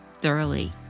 thoroughly